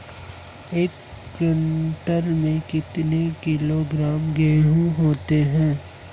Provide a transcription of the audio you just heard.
एक क्विंटल में कितना किलोग्राम गेहूँ होता है?